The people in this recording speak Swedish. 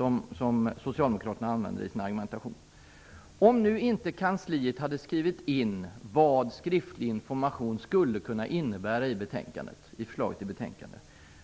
Om inte kansliet i betänkandet hade skrivit in vad denna skriftliga information skulle kunna innebära --